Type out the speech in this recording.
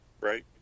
right